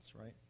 right